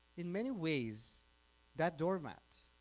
in many ways that door mat